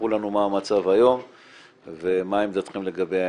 תספרו לנו מה המצב היום ומה עמדתכם לגבי